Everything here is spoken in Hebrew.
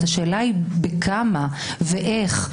אבל השאלה היא בכמה ואיך,